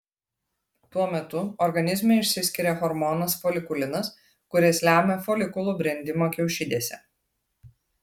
tuo metu organizme išsiskiria hormonas folikulinas kuris lemia folikulų brendimą kiaušidėse